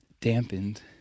dampened